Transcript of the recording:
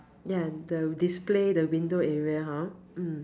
ya the display the window area hor mm